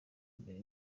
mbere